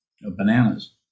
bananas